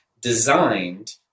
designed